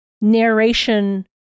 narration